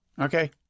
Okay